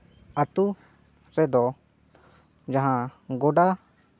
ᱟᱹᱛᱳ ᱨᱮᱫᱚ ᱡᱟᱦᱟᱸ ᱜᱚᱰᱟ